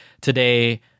today